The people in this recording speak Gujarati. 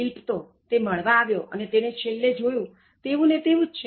શિલ્પ તો તે મળવા આવ્યો અને તેણે છેલ્લે જોયું તેવું ને તેવું જ છે